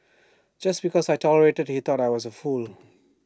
just because I tolerated he thought I was A fool